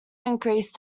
increase